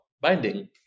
binding